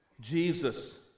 Jesus